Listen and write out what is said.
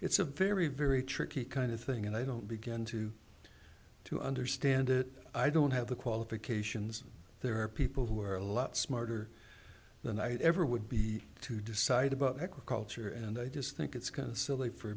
it's a very very tricky kind of thing and i don't begin to to understand it i don't have the qualifications there are people who are a lot smarter than i ever would be to decide about agriculture and i just think it's kind of silly for